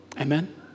Amen